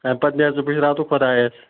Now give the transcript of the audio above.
اَمۍ پَتہٕ نیر ژٕ پٔشراو تہٕ خۄدایس